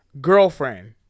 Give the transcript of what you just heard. girlfriend